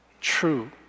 true